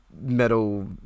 Metal